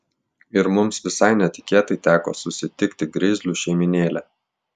ir mums visai netikėtai teko susitikti grizlių šeimynėlę